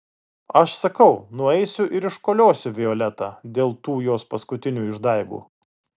aš sakau nueisiu ir iškoliosiu violetą dėl tų jos paskutinių išdaigų